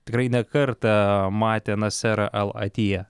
tikrai ne kartą matė naserą al atiją